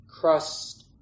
crust